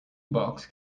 box